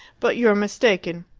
but you're mistaken.